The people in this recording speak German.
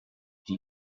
die